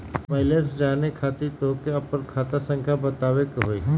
Balance जाने खातिर तोह के आपन खाता संख्या बतावे के होइ?